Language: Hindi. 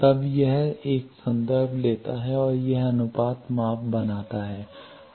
तब यह एक संदर्भ लेता है और यह एक अनुपात माप बनाता है